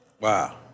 Wow